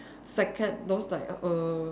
second those like err